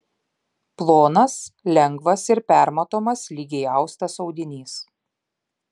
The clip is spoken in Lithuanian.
plonas lengvas ir permatomas lygiai austas audinys